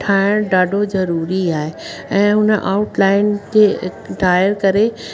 ठाहिण ॾाढो ज़रूरी आहे ऐं हुन आउट लाइन खे ठाहे करे